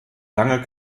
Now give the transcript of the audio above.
lange